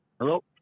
hello